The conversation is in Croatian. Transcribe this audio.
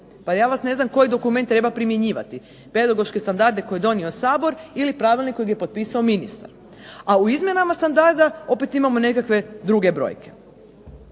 Ja vas, ne znam koji dokument treba primjenjivati, pedagoške standarde koje je donio Sabor ili pravilnik kojeg je potpisao ministar. A u izmjenama standarda opet imamo neke druge brojke.